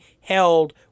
held